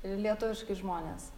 lietuviškai žmonės